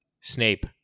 Snape